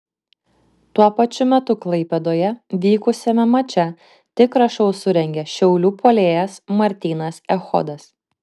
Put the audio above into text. tuo pačiu metu klaipėdoje vykusiame mače tikrą šou surengė šiaulių puolėjas martynas echodas